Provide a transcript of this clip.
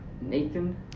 Nathan